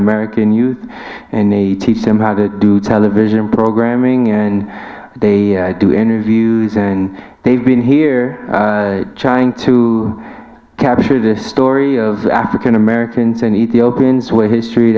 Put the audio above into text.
american youth and they teach them how to do television programming and they do energy and they've been here trying to capture the story of african americans and ethiopians what history